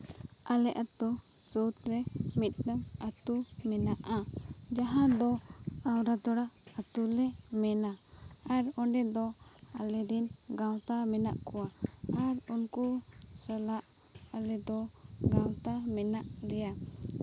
ᱟᱞᱮ ᱟᱛᱳ ᱥᱩᱨ ᱨᱮ ᱢᱤᱫᱴᱟᱝ ᱟᱛᱳ ᱢᱮᱱᱟᱜᱼᱟ ᱡᱟᱦᱟᱸ ᱫᱚ ᱟᱹᱣᱲᱟᱹᱛᱟᱲᱟ ᱟᱛᱳ ᱞᱮ ᱢᱮᱱᱼᱟ ᱟᱨ ᱚᱸᱰᱮ ᱫᱚ ᱟᱞᱮ ᱨᱮᱱ ᱜᱟᱶᱛᱟ ᱢᱮᱱᱟᱜ ᱠᱚᱣᱟ ᱟᱨ ᱩᱱᱠᱩ ᱥᱟᱞᱟᱜ ᱟᱞᱮ ᱫᱚ ᱜᱟᱶᱛᱟ ᱢᱮᱱᱟᱜ ᱞᱮᱭᱟ